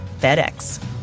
FedEx